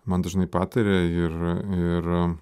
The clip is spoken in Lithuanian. man dažnai pataria ir ir